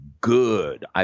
good